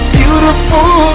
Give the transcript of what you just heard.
beautiful